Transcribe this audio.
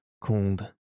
called